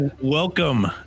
welcome